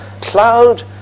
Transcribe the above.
cloud